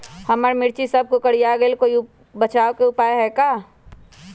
हमर मिर्ची सब कोकररिया गेल कोई बचाव के उपाय है का?